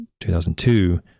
2002